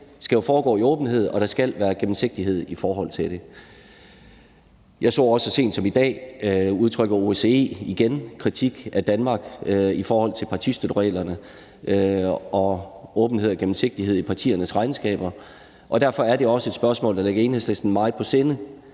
skal foregå i åbenhed, og at der skal være gennemsigtighed i forhold til det. Jeg så sent som i dag, at OSCE igen udtrykker kritik af Danmark i forhold til partistøttereglerne og åbenhed og gennemsigtighed i partiernes regnskaber, og derfor er det også et spørgsmål, der ligger Enhedslisten meget på sinde.